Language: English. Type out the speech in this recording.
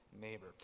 neighbor